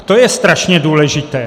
A to je strašně důležité.